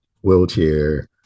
wheelchair